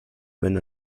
wenn